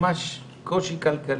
ממש קושי כלכלי,